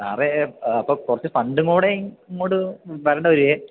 സാറേ അപ്പം കുറച്ച് ഫണ്ടും കൂടെ ഇങ്ങോട്ട് തരേണ്ടിവരുമേ